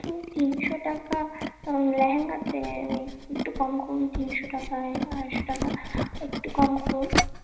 তিনশো টাকা লেহেঙ্গাতে একটু কম করুন তিনশো টাকায় আড়াইশো টাকা একটু কম করুন